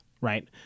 right